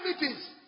meetings